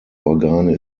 organe